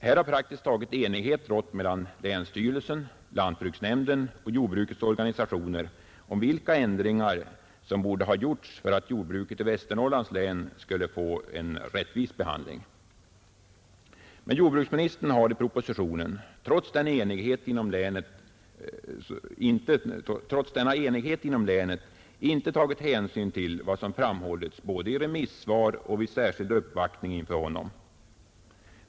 Här har praktiskt taget rått enighet mellan länsstyrelsen, lantbruksnämnden och jordbrukets organisationer om vilka ändringar som borde ha gjorts för att jordbruket i Västernorrlands län skulle få en rättvis behandling. Men jordbruksministern har i propositionen, trots denna enighet inom länet, inte tagit hänsyn till vad som framhållits både i remissvar och vid särskild uppvaktning inför honom.